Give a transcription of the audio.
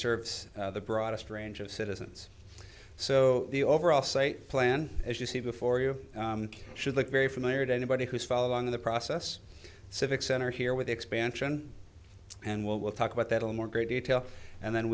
serves the broadest range of citizens so the overall site plan as you see before you should look very familiar to anybody who's following the process civic center here with the expansion and we'll talk about that on more great detail and then